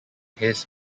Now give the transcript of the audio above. his